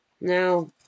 Now